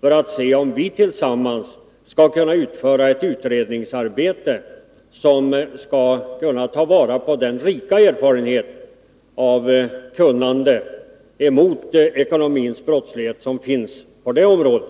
för att se om vi tillsammans skall kunna utföra ett utredningsarbete, där det är möjligt att ta vara på den rika erfarenhet och det kunnande vad gäller åtgärder mot ekonomisk brottslighet som finns på det området.